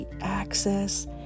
access